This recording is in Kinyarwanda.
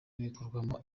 bikorwamo